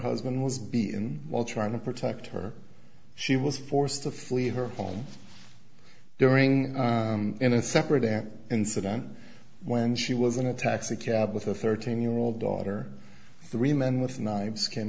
husband was be in while trying to protect her she was forced to flee her home during in a separate incident when she was in a taxicab with a thirteen year old daughter three men with knives came